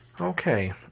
Okay